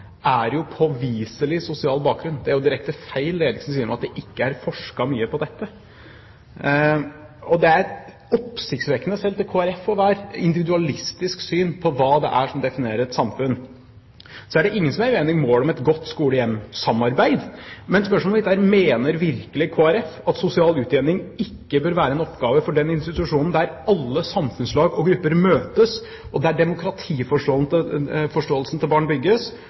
er jo påviselig sosial bakgrunn. Det er direkte feil det Eriksen sier, at det ikke er forsket mye på det. Det er et oppsiktsvekkende, selv til Kristelig Folkeparti å være, individualistisk syn på hva det er som definerer et samfunn. Så er det ingen som er uenig i målet om et godt skole–hjem-samarbeid. Men spørsmålet mitt er: Mener virkelig Kristelig Folkeparti at sosial utjevning ikke bør være en oppgave for den institusjonen der alle samfunnslag og grupper møtes, der demokratiforståelsen til barn bygges,